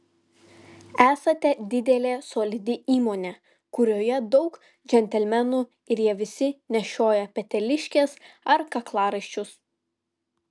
esate didelė solidi įmonė kurioje daug džentelmenų ir jie visi nešioja peteliškes ar kaklaraiščius